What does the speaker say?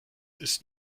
ist